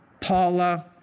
Paula